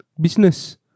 Business